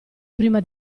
prima